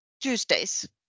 Tuesdays